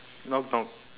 knock knock